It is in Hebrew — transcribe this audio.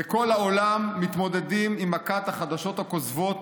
בכל העולם מתמודדים עם מכת החדשות הכוזבות,